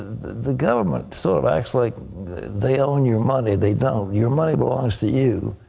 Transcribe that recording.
the government sort of acts like they own your money. they don't. your money belongs to you.